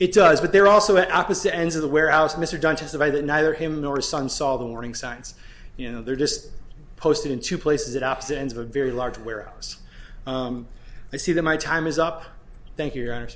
it does but they're also at opposite ends of the warehouse mr dunn testify that neither him nor his son saw the warning signs you know they're just posted in two places at opposite ends of a very large warehouse i see that my time is up thank you